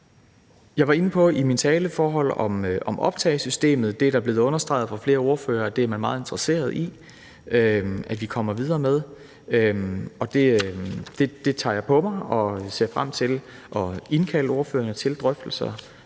Jeg var i min tale inde på forhold omkring optagesystemet. Det er blevet understreget af flere ordførere, at det er man meget interesseret i at vi kommer videre med. Det tager jeg på mig, og jeg ser frem til at indkalde ordførerne til drøftelser